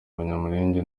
abanyamulenge